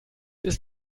ist